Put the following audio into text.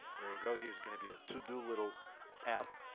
there you go. here's going to be a to-do little app.